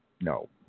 No